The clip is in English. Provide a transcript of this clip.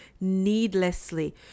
needlessly